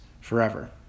forever